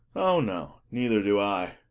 oh, no neither do i.